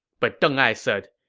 but deng ai said,